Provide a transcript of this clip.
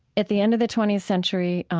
at the end of the twentieth century,